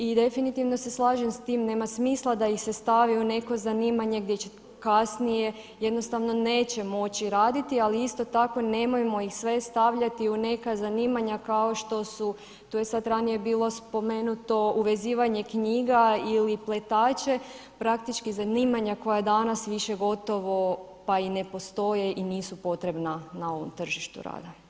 I definitivno se slažem s time, nema smisla da ih se stavi u neko zanimanje gdje će kasnije, jednostavno neće moći raditi ali isto tako nemojmo ih sve stavljati u neka zanimanja kao što su, to je sada ranije bilo spomenuto uvezivanje knjiga ili pletače, praktički zanimanja koja danas više gotovo pa i ne postoje i nisu potrebna na ovom tržištu rada.